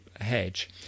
hedge